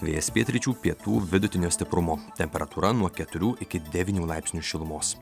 vėjas pietryčių pietų vidutinio stiprumo temperatūra nuo keturių iki devynių laipsnių šilumos